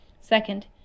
Second